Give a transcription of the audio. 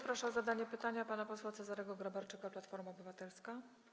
Proszę o zadanie pytania pana posła Cezarego Grabarczyka, Platforma Obywatelska.